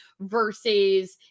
versus